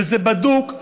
וזה בדוק,